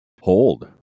Hold